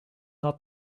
not